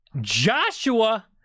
Joshua